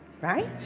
right